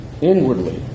inwardly